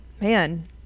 Man